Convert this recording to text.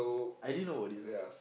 I didn't know about this know